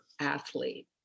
athlete